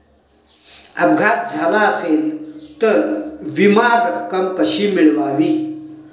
अपघात झाला असेल तर विमा रक्कम कशी मिळवावी?